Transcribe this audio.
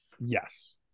Yes